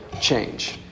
change